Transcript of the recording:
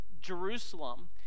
Jerusalem